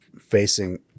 facing